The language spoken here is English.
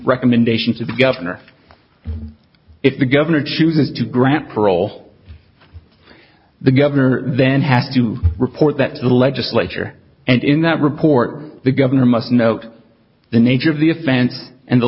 recommendations to the governor if the governor chooses to grant parole the governor then has to report that legislature and in that report the governor must note the nature of the offense and the